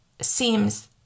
seems